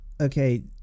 Okay